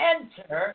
Enter